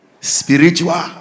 Spiritual